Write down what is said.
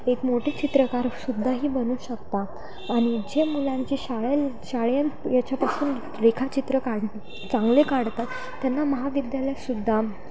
एक मोठे चित्रकारसुद्धाही बनू शकता आणि जे मुलांचे शाळेत शाळेत याच्यापासून रेखाचित्र काढ चांगले काढतात त्यांना महाविद्यालयातसुद्धा